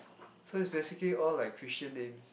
so it's basically all like Christian names